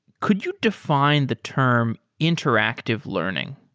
could you define the term interactive learning?